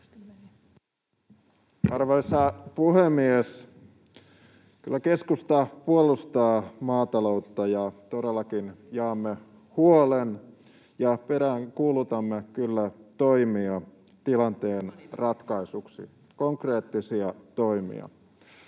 Arvoisa puhemies! Kyllä keskusta puolustaa maataloutta, ja todellakin jaamme huolen ja peräänkuulutamme kyllä toimia tilanteen ratkaisuksi, [Kokoomuksen